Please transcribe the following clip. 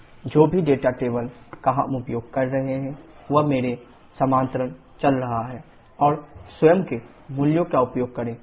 PB27966kJktqK जो भी data तालिका हम उपयोग कर रहे हैं वह मेरे समानांतर चल रहा है और स्वयं के मूल्यों का उपयोग करें